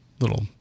little